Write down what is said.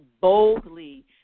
boldly